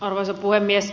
arvoisa puhemies